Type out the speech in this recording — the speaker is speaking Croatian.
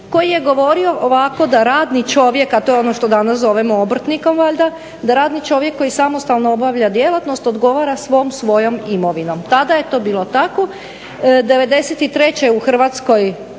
koji je govorio ovako da radni čovjek, a to je ono što danas zovemo obrtnikom valjda da radni čovjek koji samostalno obavlja djelatnost odgovara svom svojom imovinom. Tada je to bilo tako. 93. u Hrvatskoj,